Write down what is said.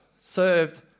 served